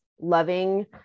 loving